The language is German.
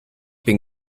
bin